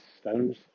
stones